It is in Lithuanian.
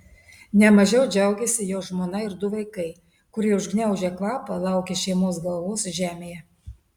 ne mažiau džiaugėsi jo žmona ir du vaikai kurie užgniaužę kvapą laukė šeimos galvos žemėje